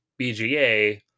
BGA